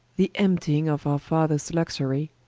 the emptying of our fathers luxurie,